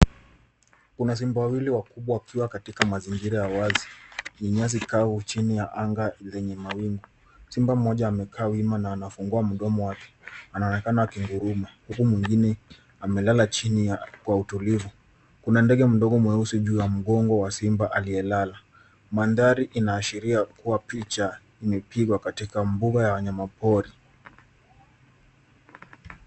Kuna simba wawili wakubwa wakiwa katika mazingira ya wazi yenye nyasi kavu chini ya anga lenye mawingu. Simba mmoja amekaa wima na anafungua mdomo wake. Anaonekana akiguruma huku mwengine amelala chini ya kwa utulivu. Kuna ndege mdogo mweusi juu ya mgongo wa simba aliyelala. Mandhari inaashiria kuwa picha imepigwa katika mbuga ya wanyama pori.